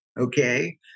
okay